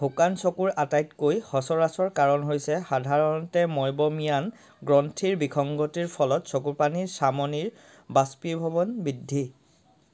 শুকান চকুৰ আটাইতকৈ সচৰাচৰ কাৰণ হৈছে সাধাৰণতে মেইব'মিয়ান গ্ৰন্থিৰ বিসংগতিৰ ফলত চকুপানীৰ চামনিৰ বাষ্পীভৱন বৃদ্ধি